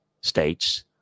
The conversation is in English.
states